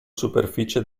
superficie